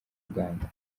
uganda